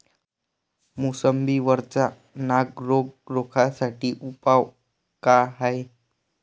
मोसंबी वरचा नाग रोग रोखा साठी उपाव का हाये?